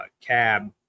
cab